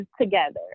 together